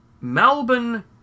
Melbourne